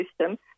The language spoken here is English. system